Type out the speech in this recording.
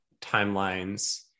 timelines